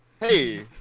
hey